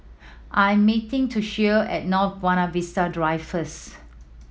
I'm meeting Toshio at North Buona Vista Drive first